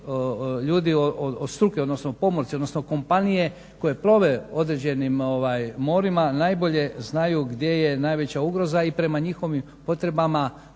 od struke, odnosno pomorci odnosno kompanije koje plove određenim morima najbolje znaju gdje je najveća ugroza i prema njihovim potrebama